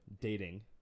dating